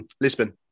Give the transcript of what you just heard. Lisbon